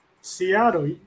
Seattle